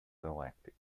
galactica